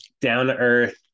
down-to-earth